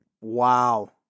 Wow